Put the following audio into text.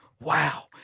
wow